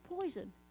poison